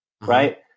right